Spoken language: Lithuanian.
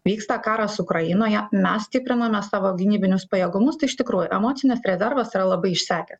vyksta karas ukrainoje mes stiprinome savo gynybinius pajėgumus tai iš tikrųjų emocinis rezervas yra labai išsekę